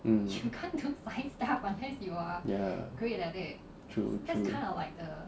mm ya true true